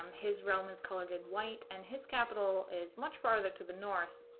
um his realm is colored in white, and his capital is much farther to the north,